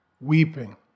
weeping